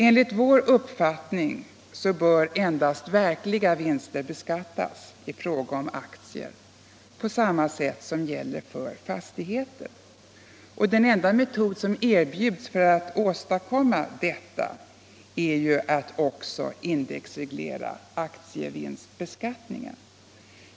Enligt vår uppfattning bör endast verkliga vinster beskattas i fråga om aktier på samma sätt som gäller för fastigheter. Den enda metod som erbjuds för att åstadkomma detta är att indexreglera också aktievinstbeskattningen.